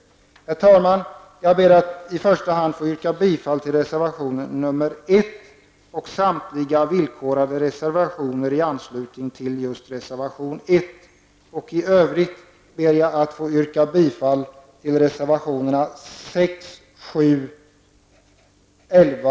Herr talman! Jag ber att i första hand få yrka bifall till reservation nr 1 och samtliga villkorade reservationer i anslutning till reservation 1. I övrigt ber jag att få yrka bifall till reservationerna 6, 7, 11,